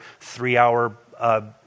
three-hour